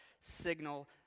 signal